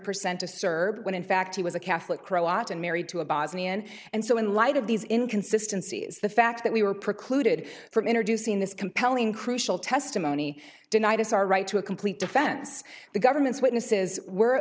percent a serb when in fact he was a catholic croat and married to a bosnian and so in light of these inconsistency is the fact that we were precluded from introducing this compelling crucial testimony denied us our right to a complete defense the government's witnesses were